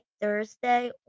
Thursday